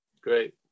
great